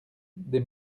des